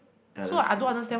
ya that's true what